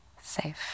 safe